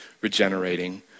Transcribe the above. regenerating